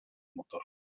motor